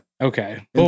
Okay